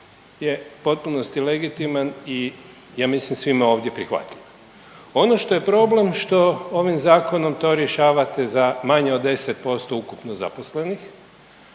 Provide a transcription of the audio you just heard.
je u potpunosti legitiman i ja mislim svim ovdje prihvatljiv. Ono što je problem što ovim zakonom to rješavate za manje od 10% ukupno zaposlenih,